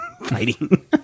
Fighting